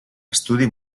estudi